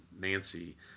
Nancy